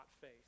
faith